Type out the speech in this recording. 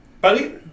Buddy